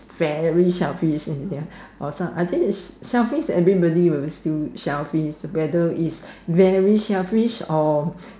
very selfish and the or I think selfish everybody will still selfish whether is very selfish or